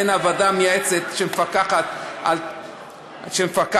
והוועדה המייעצת שמפקחת על העניין,